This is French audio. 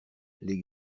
les